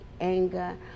anger